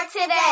today